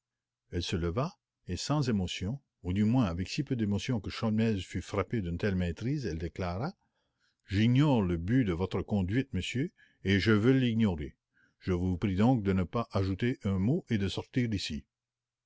elle se leva et sans émotion ou du moins avec si peu d'émotion que sholmès fut frappé d'une telle maîtrise elle déclara j'ignore le but de votre conduite monsieur et je veux l'ignorer je vous prie donc de ne pas ajouter un mot et de sortir d'ici